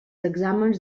exàmens